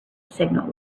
signal